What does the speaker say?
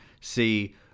See